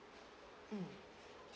mm